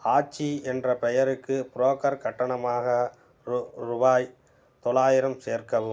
ஆச்சி என்ற பெயருக்கு புரோக்கர் கட்டணமாக ரூ ருபாய் தொள்ளாயிரம் சேர்க்கவும்